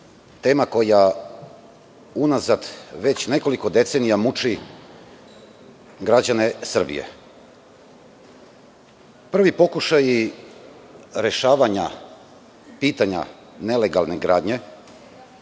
tema koja unazad već nekoliko decenija muči građane Srbije. Prvi pokušaj rešavanja pitanja nelegalne gradnje